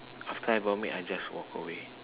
after I vomit I just walk away